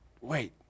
wait